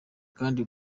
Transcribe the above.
kandi